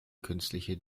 künstliche